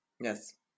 yes